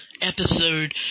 episode